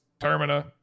termina